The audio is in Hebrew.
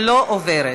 לא עוברת.